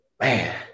man